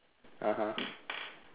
(uh huh)